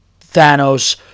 Thanos